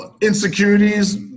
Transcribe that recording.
insecurities